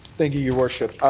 thank you, your worship.